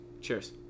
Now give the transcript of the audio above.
Cheers